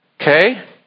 Okay